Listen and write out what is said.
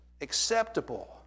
acceptable